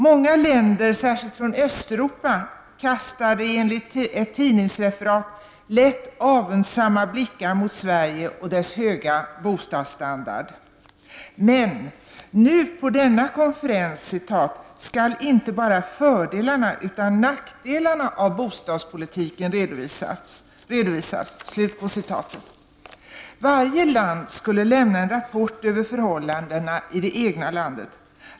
Många länder, särskilt från Östeuropa, kastar enligt ett tidningsreferat lätt avundsamma blickar mot Sverige och dess höga bostadsstandard. Men ''nu på denna konferens skall inte bara fördelarna utan nackdelarna av bostadspolitiken redovisas''. Varje land skulle lämna en rapport över förhållandena i det egna landet.